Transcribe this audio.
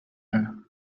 her